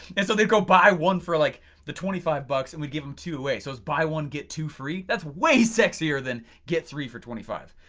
and so they'd go buy one for like the twenty five bucks and we'd give them two away so it was buy one get two free. that's way sexier than get three for twenty five.